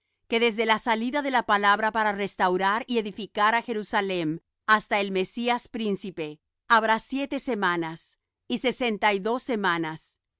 que desde la salida de la palabra para restaurar y edificar á jerusalem hasta el mesías príncipe habrá siete semanas y sesenta y dos semanas